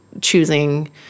choosing